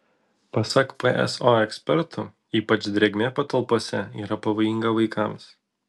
pasak pso ekspertų ypač drėgmė patalpose yra pavojinga vaikams